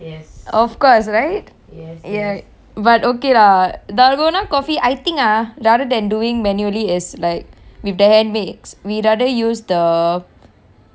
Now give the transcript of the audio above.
of course right but okay lah dalgona coffee I think ah rather than doing manually as like with the hand mix we rather use the machine